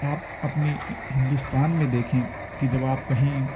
آپ اپنے ہندوستان میں دیکھیں کہ جب آپ کہیں